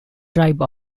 tribe